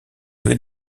avez